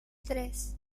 tres